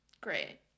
Great